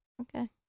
Okay